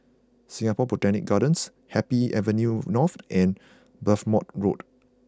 Singapore Botanic Gardens Happy Avenue North and Belmont Road